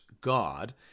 God